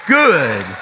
good